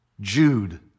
Jude